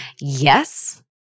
Yes